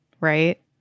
right